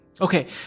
Okay